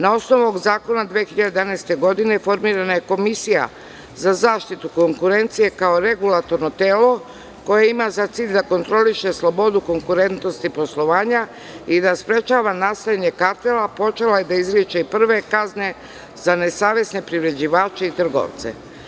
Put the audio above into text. Na osnovu ovog zakona 2011. godine formirana je Komisija za zaštitu konkurencije, kao regulatorno telo, koje ima za cilj da kontroliše slobodu konkurentnosti poslovanja i da sprečava nastajanje kartela, počela je da izriče prve kazne za nesavesne privređivače i trgovce.